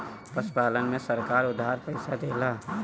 पशुपालन में सरकार उधार पइसा देला?